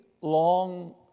long